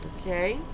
okay